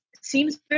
seems